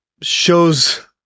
shows